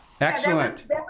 Excellent